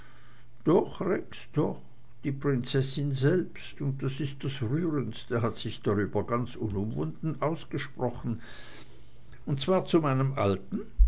doch rex doch die prinzessin selbst und das ist das rührendste hat sich darüber ganz unumwunden ausgesprochen und zwar zu meinem alten